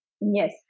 Yes